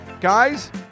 Guys